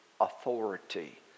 authority